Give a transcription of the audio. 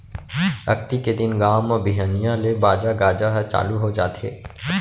अक्ती के दिन गाँव म बिहनिया ले बाजा गाजा ह चालू हो जाथे